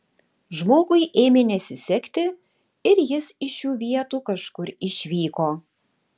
žmogui ėmė nesisekti ir jis iš šių vietų kažkur išvyko